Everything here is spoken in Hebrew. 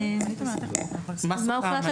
מה הוחלט,